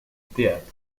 théâtre